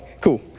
Cool